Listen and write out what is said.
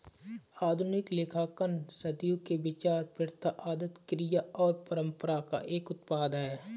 आधुनिक लेखांकन सदियों के विचार, प्रथा, आदत, क्रिया और परंपरा का एक उत्पाद है